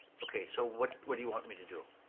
okay, so what what do you want me to do?